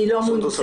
היא לא מונתה